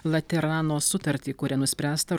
laterano sutartį kuria nuspręsta